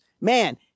man